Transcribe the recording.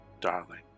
darling